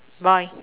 boy